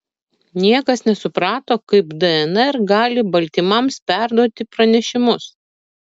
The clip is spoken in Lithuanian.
niekas nesuprato kaip dnr gali baltymams perduoti pranešimus